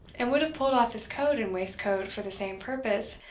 and would have pulled off his coat and waistcoat for the same purpose,